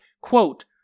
Quote